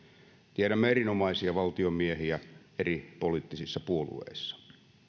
tiedämme erinomaisia valtiomiehiä eri poliittisissa puolueissa